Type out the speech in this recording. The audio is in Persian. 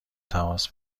تماس